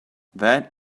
that